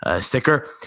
sticker